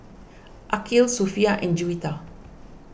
Aqil Sofea and Juwita